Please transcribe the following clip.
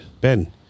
Ben